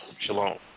Shalom